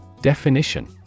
Definition